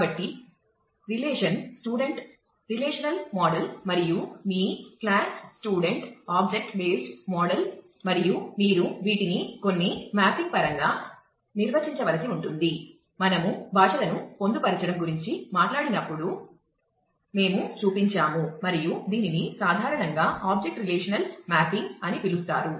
కాబట్టి మీ రిలేషనల్ డేటాబేస్లో అని పిలుస్తారు